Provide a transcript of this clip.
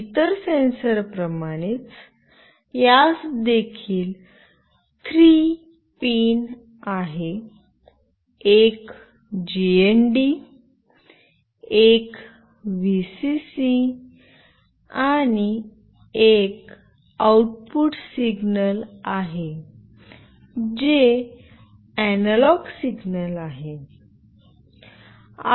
इतर सेन्सर प्रमाणेच यास देखील 3 पिन आहे एक जीएनडी एक व्हीसीसी आणि एक आउटपुट सिग्नल आहे जे एनालॉग सिग्नल आहे